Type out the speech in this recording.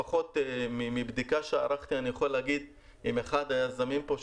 לפחות מבדיקה שערכתי עם אחד היזמים פה,